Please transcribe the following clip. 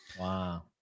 Wow